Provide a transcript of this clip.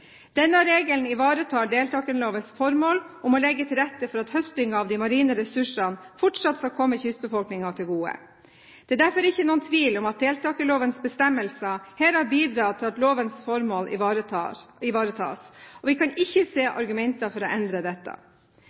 Denne regelen ivaretar deltakerlovens formål, å legge til rette for at høstingen av de marine ressursene fortsatt skal komme kystbefolkningen til gode. Det er derfor ikke noen tvil om at deltakerlovens bestemmelser her har bidratt til at lovens formål ivaretas, og vi kan ikke se argumenter for å endre dette.